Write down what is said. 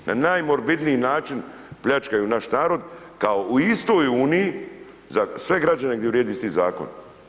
Na najmorbidniji način pljačkaju naš narod kao u istoj uniji za sve građane gdje vrijedi isti zakon.